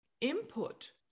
input